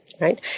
Right